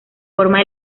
forma